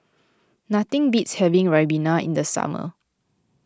nothing beats having Ribena in the summer